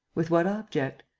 with what object?